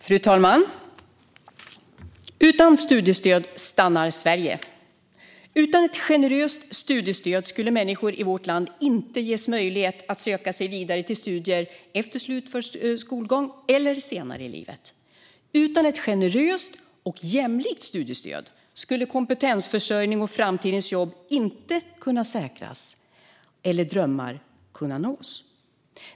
Fru talman! Utan studiestöd stannar Sverige! Utan ett generöst studiestöd skulle människor i vårt land inte ges möjlighet att söka sig vidare till studier efter slutförd skolgång eller senare i livet. Utan ett generöst och jämlikt studiestöd skulle kompetensförsörjningen och framtidens jobb inte kunna säkras och drömmar inte kunna nås.